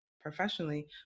professionally